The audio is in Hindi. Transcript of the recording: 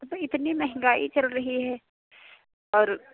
तो भाई इतनी महंगाई चल रही है और